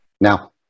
Now